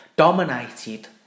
Dominated